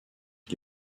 qui